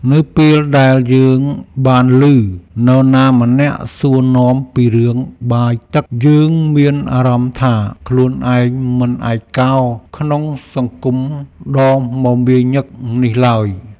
នៅពេលដែលយើងបានឮនរណាម្នាក់សួរនាំពីរឿងបាយទឹកយើងមានអារម្មណ៍ថាខ្លួនឯងមិនឯកោក្នុងសង្គមដ៏មមាញឹកនេះឡើយ។